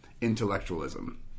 intellectualism